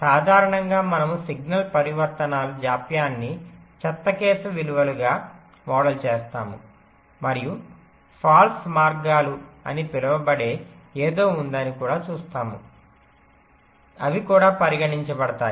సాధారణంగా మనము సిగ్నల్ పరివర్తనాలు జాప్యాన్ని చెత్త కేసు విలువలుగా మోడల్ చేస్తాము మరియు ఫాల్స్ మార్గాలు అని పిలువబడే ఏదో ఉందని కూడా చూస్తాము అవి కూడా పరిగణించబడతాయి